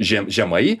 žem žemai